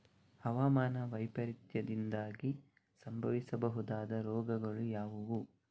ಹವಾಮಾನ ವೈಪರೀತ್ಯದಿಂದಾಗಿ ಸಂಭವಿಸಬಹುದಾದ ರೋಗಗಳು ಯಾವುದು?